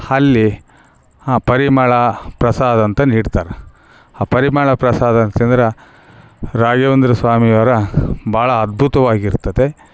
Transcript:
ಅಲ್ಲಿ ಹ ಪರಿಮಳ ಪ್ರಸಾದ ಅಂತ ನೀಡ್ತಾರೆ ಆ ಪರಿಮಳ ಪ್ರಸಾದನ ತಿಂದರೆ ರಾಘವೇಂದ್ರ ಸ್ವಾಮಿ ಅವರ ಭಾಳ ಅದ್ಭುತವಾಗಿ ಇರ್ತತೆ